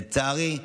לצערי,